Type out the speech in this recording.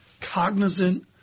cognizant